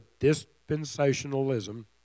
dispensationalism